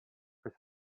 for